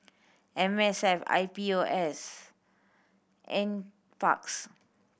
M S F I P O S Nparks